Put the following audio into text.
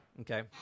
Okay